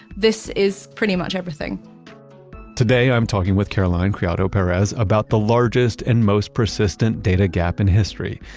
this is pretty much everything today i'm talking with caroline criado perez, about the largest and most persistent data gap in history,